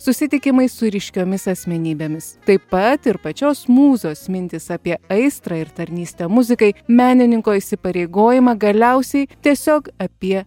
susitikimai su ryškiomis asmenybėmis taip pat ir pačios mūzos mintys apie aistrą ir tarnystę muzikai menininko įsipareigojimą galiausiai tiesiog apie